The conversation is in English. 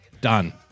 Done